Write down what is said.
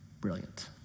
Brilliant